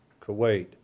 Kuwait